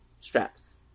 Straps